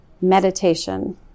meditation